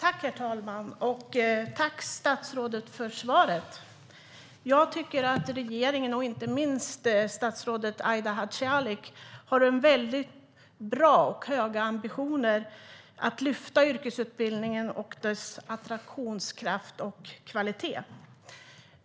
Herr talman! Tack, statsrådet, för svaret! Jag tycker att regeringen och inte minst statsrådet Aida Hadzialic har bra och höga ambitioner när det gäller att lyfta yrkesutbildningen och dess attraktionskraft och kvalitet.